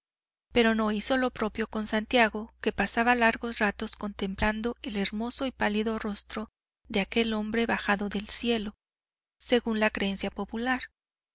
pero no hizo lo propio con santiago que pasaba largos ratos contemplando el hermoso y pálido rostro de aquel hombre bajado del cielo según la creencia popular